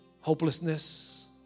hopelessness